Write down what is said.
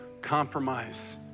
compromise